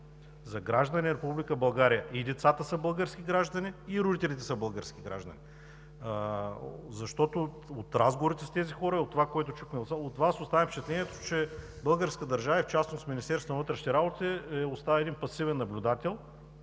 на Република България – и децата са български граждани, и родителите са български граждани. Защото от разговорите с тези хора и от това, което чухме от Вас, оставам с впечатлението, че българската държава, и в частност Министерството на външните работи, остава един пасивен наблюдател